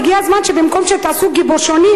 הגיע הזמן שבמקום שתעשו גיבושונים,